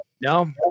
No